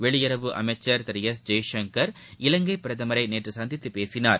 வெளியுறவு அமைச்சர் திரு எஸ் ஜெய்சங்கர் இலங்கை பிரதமரை நேற்று சந்தித்துப் பேசினார்